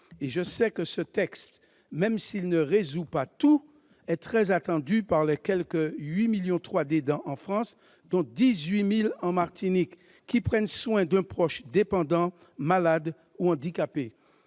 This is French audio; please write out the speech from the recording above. Le présent texte, même s'il ne résout pas tout, est très attendu par les quelque 8,3 millions d'aidants en France, dont 18 000 en Martinique, qui prennent soin d'un proche dépendant, malade ou handicapé.